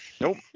Nope